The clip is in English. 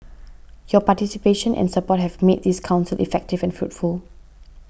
your participation and support have made this Council effective and fruitful